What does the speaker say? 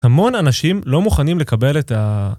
המון אנשים לא מוכנים לקבל את ה...